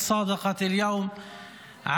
להלן תרגומם:)